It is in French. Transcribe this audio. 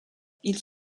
ils